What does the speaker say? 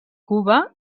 cuba